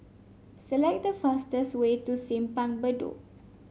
select the fastest way to Simpang Bedok